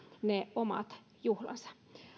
ne omat juhlansa